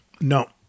No